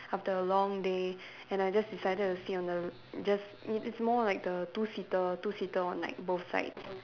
after a long day and I just decided to sit on the just i~ it's more like the two seater two seater on like both sides